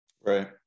Right